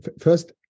First